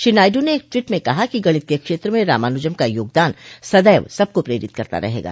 श्री नायडू ने एक ट्वीट में कहा है कि गणित के क्षेत्र में रामानूजम का योगदान सदैव सबको प्रेरित करता रहेगा